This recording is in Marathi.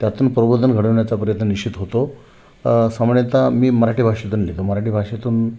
त्यातून प्रबोधन घडवण्याचा प्रयत्न निश्चित होतो सामान्यतः मी मराठी भाषेतून लिहितो मराठी भाषेतून